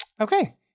Okay